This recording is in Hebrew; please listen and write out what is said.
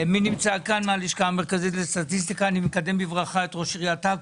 אני מקדם בברכה את ראש עיריית עכו.